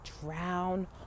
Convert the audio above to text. drown